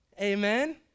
Amen